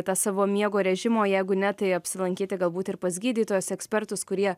tą savo miego režimą o jeigu ne tai apsilankyti galbūt ir pas gydytojus ekspertus kurie